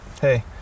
hey